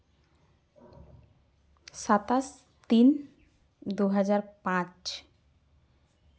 ᱥᱟᱛᱟᱥ ᱛᱤᱱ ᱫᱩ ᱦᱟᱡᱟᱨ ᱯᱟᱸᱪ